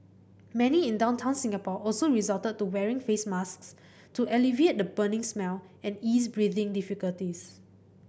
many in downtown Singapore also resorted to wearing face masks to alleviate the burning smell and ease breathing difficulties